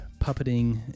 puppeting